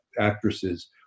actresses